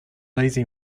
lazy